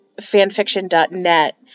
fanfiction.net